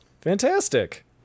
Fantastic